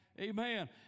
Amen